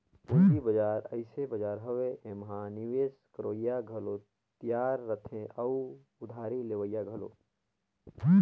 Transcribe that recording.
पंूजी बजार अइसे बजार हवे एम्हां निवेस करोइया घलो तियार रहथें अउ उधारी लेहोइया घलो